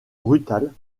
brutale